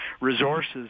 resources